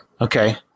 okay